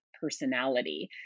personality